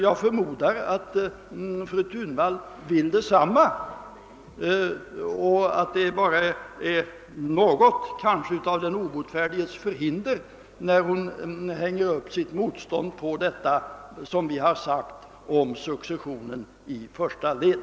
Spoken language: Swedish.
Jag förmodar att fru Thunvall vill detsamma och att det bara är något av den obotfärdiges förhinder då hon hänger upp sitt motstånd på vad vi uttalat om successionen i första led.